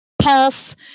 Pulse